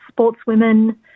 sportswomen